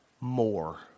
more